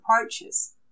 approaches